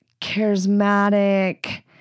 charismatic